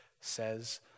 says